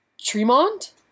Tremont